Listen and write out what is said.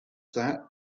that